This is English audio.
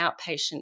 outpatient